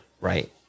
Right